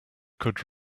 could